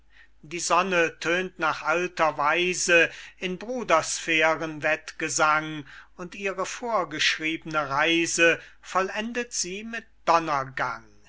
die sonne tönt nach alter weise in brudersphären wettgesang und ihre vorgeschriebne reise vollendet sie mit